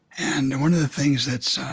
and one of the things that's